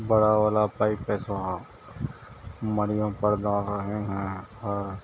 بڑا والا پائپ وہاں مڑیوں پر ڈال رہے ہیں اور